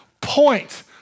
point